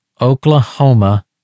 Oklahoma